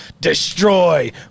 destroy